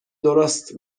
درست